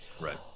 right